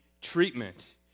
treatment